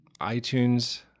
iTunes